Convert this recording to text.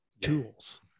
tools